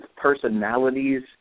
personalities